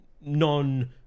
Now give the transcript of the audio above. Non